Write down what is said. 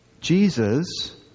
Jesus